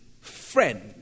friend